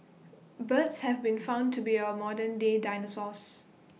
birds have been found to be our modern day dinosaurs